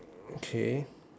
okay